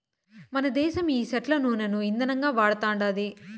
మనదేశం ఈ సెట్ల నూనను ఇందనంగా వాడతండాది